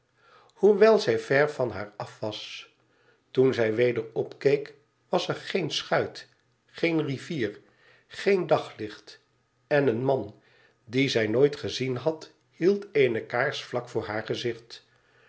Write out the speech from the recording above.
hoewel zij ver van haar was toen zij weder opkeek was er geen schuit geen rivier geen daglicht en een man dien zij nooit gezien had hield eene kaars vlak voor haar gezicht